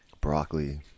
broccoli